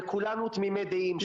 וכולנו תמימי דעים,